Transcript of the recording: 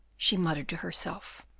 she muttered to herself,